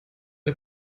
der